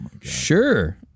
sure